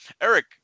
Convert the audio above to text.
Eric